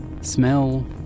smell